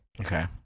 Okay